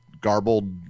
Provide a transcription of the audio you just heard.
garbled